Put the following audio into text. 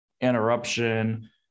interruption